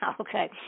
Okay